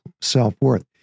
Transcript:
self-worth